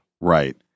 Right